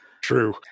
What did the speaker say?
true